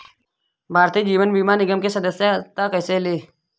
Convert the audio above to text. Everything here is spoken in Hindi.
भारतीय जीवन बीमा निगम में सदस्यता कैसे लें?